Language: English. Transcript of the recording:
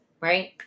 right